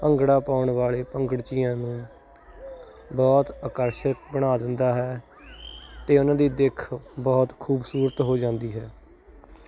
ਭੰਗੜਾ ਪਾਉਣ ਵਾਲੇ ਭੰਗੜ ਜੀਆਂ ਨੂੰ ਬਹੁਤ ਆਕਰਸ਼ਕ ਬਣਾ ਦਿੰਦਾ ਹੈ ਤੇ ਉਹਨਾਂ ਦੀ ਦਿੱਖ ਬਹੁਤ ਖੂਬਸੂਰਤ ਹੋ ਜਾਂਦੀ ਹੈ